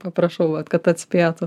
paprašauva kad atspėtų